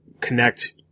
connect